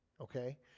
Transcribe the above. Okay